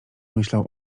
myślał